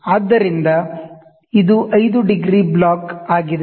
ಆದ್ದರಿಂದ ಇದು 5 degree block ಆಗಿದೆ